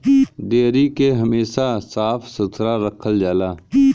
dairy के हमेशा साफ सुथरा रखल जाला